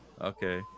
Okay